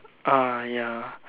ah ya